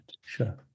sure